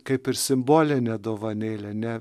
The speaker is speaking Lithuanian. kaip ir simbolinė dovanėlė ne